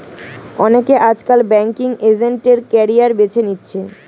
অনেকে আজকাল banking agent এর ক্যারিয়ার বেছে নিচ্ছে